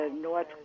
North